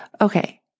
Okay